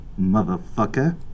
motherfucker